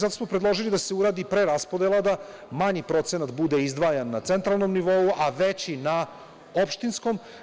Zato smo predložili da se uradi preraspodela da manji procenat bude izdvajan na centralnom nivou, a veći na opštinskom.